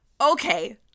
Okay